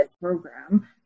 program